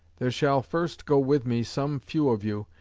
there shall first go with me some few of you,